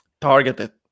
targeted